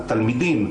לתלמידים,